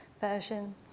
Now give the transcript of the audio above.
version